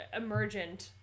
emergent